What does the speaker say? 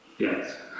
yes